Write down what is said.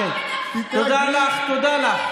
מספיק להשוות, תודה לך.